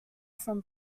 from